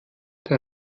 der